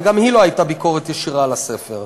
וגם היא לא הייתה ביקורת ישירה על הספר.